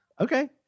Okay